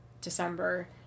December